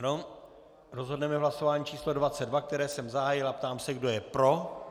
Ano, rozhodneme v hlasování číslo 22, které jsem zahájil, a ptám se, kdo je pro.